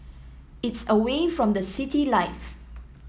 it's away from the city life